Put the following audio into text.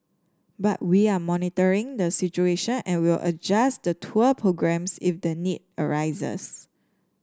but we are monitoring the situation and will adjust the tour programmes if the need arises